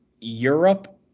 Europe